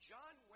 John